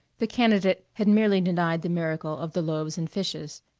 the candidate had merely denied the miracle of the loaves and fishes.